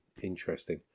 interesting